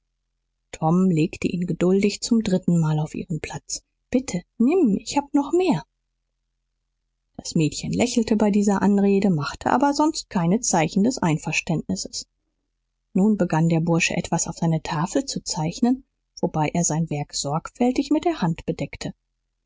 tom legte ihn geduldig zum dritten mal auf ihren platz bitte nimm ich hab noch mehr das mädchen lächelte bei dieser anrede machte aber sonst kein zeichen des einverständnisses nun begann der bursche etwas auf seine tafel zu zeichnen wobei er sein werk sorgfältig mit der hand bedeckte